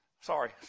Sorry